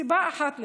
סיבה אחת לכך: